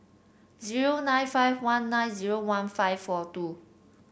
zero nine five one nine zero one five four two